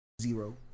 zero